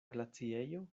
glaciejo